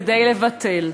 כדי לבטל: